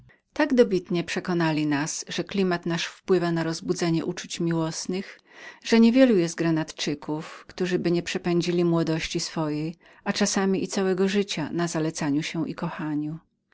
tak dobitnie przekonali nas że klimat nasz powinien pomagać do rozwijania uczuć miłosnych że niema grenadczyka któryby nie przepędził młodości swojej a czasami i całego życia na zalecaniu się i kochaniu